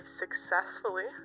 successfully